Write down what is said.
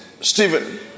Stephen